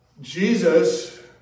Jesus